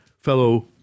fellow